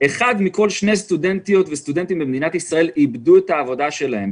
אחד מכל שני סטודנטים וסטודנטיות במדינת ישראל איבד את העבודה שלהם,